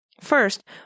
First